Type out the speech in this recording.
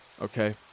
okay